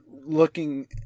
looking